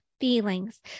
Feelings